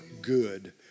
good